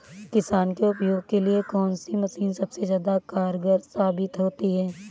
किसान के उपयोग के लिए कौन सी मशीन सबसे ज्यादा कारगर साबित होती है?